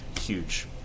huge